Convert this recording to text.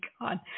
God